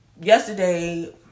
yesterday